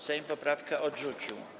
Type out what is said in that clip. Sejm poprawkę odrzucił.